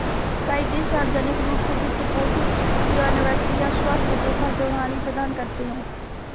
कई देश सार्वजनिक रूप से वित्त पोषित सेवानिवृत्ति या स्वास्थ्य देखभाल प्रणाली प्रदान करते है